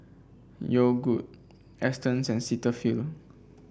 Yogood Astons and Cetaphil